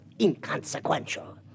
inconsequential